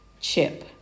chip